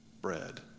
bread